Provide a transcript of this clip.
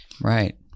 right